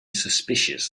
suspicious